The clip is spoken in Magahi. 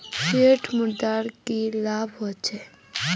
फिएट मुद्रार की लाभ होचे?